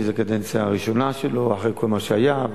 כי זו קדנציה ראשונה שלו אחרי כל מה שהיה,